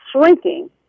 shrinking